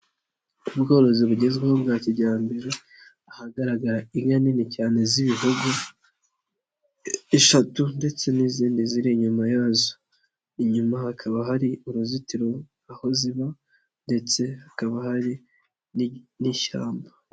Ubworozi bugezweho bwa kijyambere, ahagaragara inka nini cyane z'ibihogo eshatu ndetse n'izindi ziri inyuma yazo, inyuma hakaba hari uruzitiro aho ziba ndetse hakaba hari n'ishyamba.